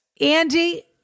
Andy